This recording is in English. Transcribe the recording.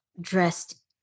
dressed